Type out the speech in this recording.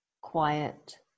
quiet